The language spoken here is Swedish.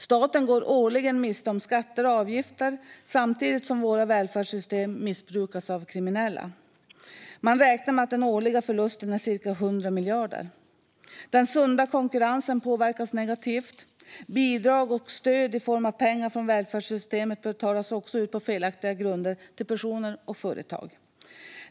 Staten går årligen miste om skatter och avgifter samtidigt som våra välfärdssystem missbrukas av kriminella. Man räknar med att den årliga förlusten är cirka 100 miljarder. Den sunda konkurrensen påverkas negativt. Bidrag och stöd i form av pengar från välfärdssystemet betalas också ut på felaktiga grunder till personer och företag.